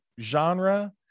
genre